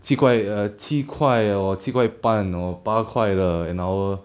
七块 err 七块 or 七块半 or 八块的 an hour